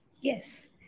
Yes